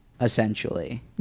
essentially